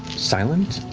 silent,